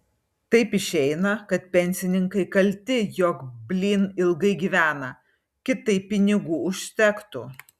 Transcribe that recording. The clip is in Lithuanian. taip išeina kad pensininkai kalti jog blyn ilgai gyvena kitaip pinigų užtektų